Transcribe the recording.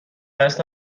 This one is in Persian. قصد